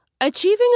Achieving